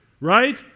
right